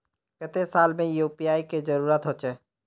केते साल में यु.पी.आई के जरुरत होचे?